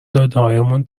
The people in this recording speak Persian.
دادههایمان